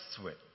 switch